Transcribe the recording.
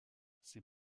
ses